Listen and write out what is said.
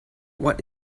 what